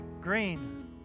green